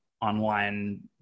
online